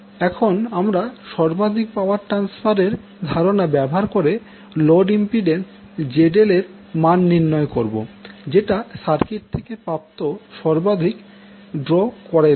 এখন আমারা সর্বাধিক পাওয়ার ট্রান্সফার এর ধারনা ব্যবহার করে লোড ইম্পিড্যান্স ZL এর মান নির্ণয় করবো যেটা সার্কিট থেকে প্রাপ্ত সবাধিক ড্র করে দেয়